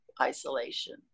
isolation